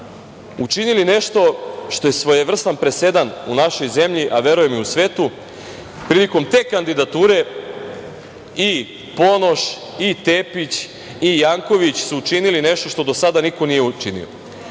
učinila nešto što je svojevrstan presedan u našoj zemlji, a verujem i u svetu. Prilikom te kandidature i Ponoš i Tepić i Janković su učinili nešto što do sada niko nije učinio.